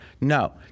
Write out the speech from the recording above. No